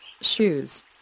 Shoes